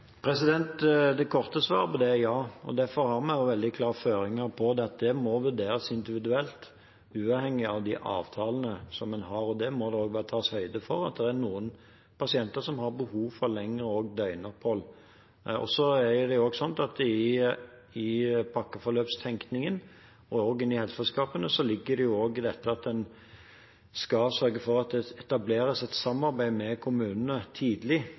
Det korte svaret på det er ja. Derfor har vi også veldig klare føringer på at det må vurderes individuelt, uavhengig av de avtalene en har. Det må også tas høyde for at det er noen pasienter som har behov for lengre døgnbaserte opphold. I pakkeforløpstenkningen og i helseforetakene ligger det at en skal sørge for at det etableres et samarbeid med kommunene tidlig i et tverrfaglig spesialisert rehabiliteringsforløp, sånn at en også vet på forhånd hva en kan bli møtt av i kommunen når det